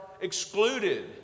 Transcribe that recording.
excluded